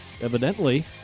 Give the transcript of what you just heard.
evidently